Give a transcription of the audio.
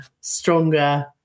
stronger